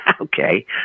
Okay